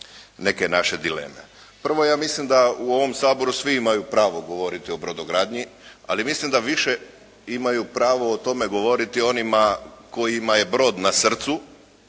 neke naše dileme. Prvo, ja mislim da u ovom Saboru svi imaju pravo govoriti o brodogradnji, ali mislim da više imaju pravo govoriti onima kojima je brod na srcu,